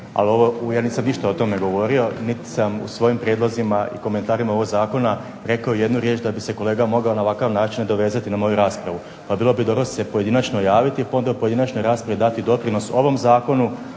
puta nisam ništa o tome govorio, niti sam u svojim prijedlozima i komentarima ovog zakona rekao ijednu riječ da bi se kolega mogao na ovakav način nadovezati na moju raspravu. Pa bilo bi dobro se pojedinačno javiti, pa onda u pojedinačnoj raspravi dati doprinos ovom zakonu,